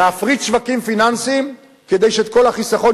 להפריט שווקים פיננסיים כדי שאת כל החיסכון